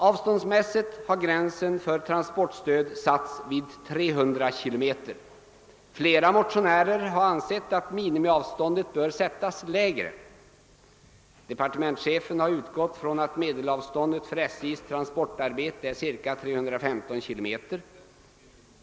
Avståndsmässigt har gränsen för transportstöd satts vid 300 km. Flera motionärer har ansett att minimiavståndet bör sättas lägre. Departementschefen har utgått från att medelavståndet för SJ:s transportarbete är ca 315 km.